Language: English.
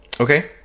Okay